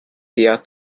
tio